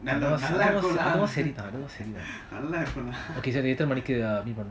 நல்ல இருக்கும்ல நல்ல இருக்கும்ல:nalla irukumla nalla irukumla